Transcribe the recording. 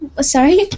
Sorry